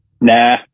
Nah